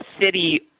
city